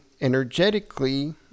energetically